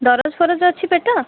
ଦରଜ୍ ଫରଜ୍ ଅଛି ପେଟ